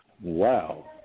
Wow